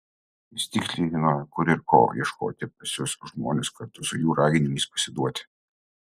jis tiksliai žinojo kur ir ko ieškoti pasiųs žmones kartu su jų raginimais pasiduoti